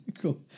cool